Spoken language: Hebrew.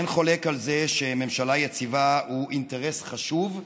אין חולק על זה שממשלה יציבה היא אינטרס חשוב,